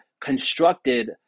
constructed